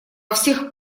всех